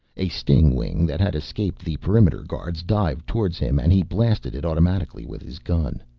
a stingwing that had escaped the perimeter guards dived towards him and he blasted it automatically with his gun.